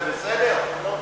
זה בסדר?